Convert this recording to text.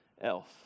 else